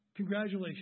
Congratulations